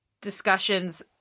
discussions